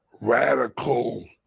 radical